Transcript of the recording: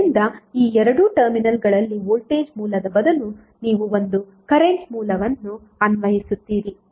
ಆದ್ದರಿಂದ ಈ ಎರಡು ಟರ್ಮಿನಲ್ಗಳಲ್ಲಿ ವೋಲ್ಟೇಜ್ ಮೂಲದ ಬದಲು ನೀವು ಒಂದು ಕರೆಂಟ್ ಮೂಲವನ್ನು ಅನ್ವಯಿಸುತ್ತೀರಿ